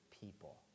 people